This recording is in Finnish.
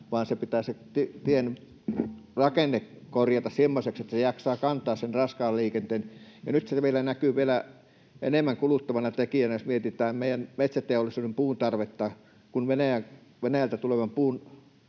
vaan se tien rakenne pitää korjata semmoiseksi, että se jaksaa kantaa sen raskaan liikenteen. Ja nyt vielä näkyy enemmän kuluttavana tekijänä, jos mietitään meidän metsäteollisuuden puun tarvetta, kun Venäjältä tulevan puun